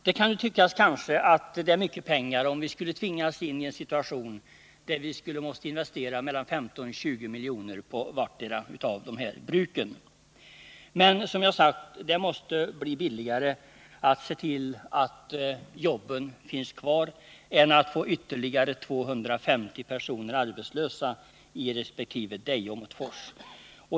Det kan kanske tyckas vara mycket pengar, om vi skulle tvingas in i en situation där vi måste investera mellan 15 och 20 miljoner på vartdera av de här bruken. Men, som jag har sagt, det måste bli billigare att se till att jobben finns kvar än att få ytterligare 250 personer arbetslösa i resp. Deje och Åmotfors.